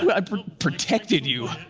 i protected you.